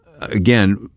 again